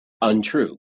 Untrue